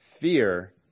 Fear